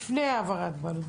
לפני העברת בעלות?